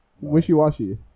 wishy-washy